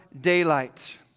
daylight